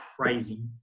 crazy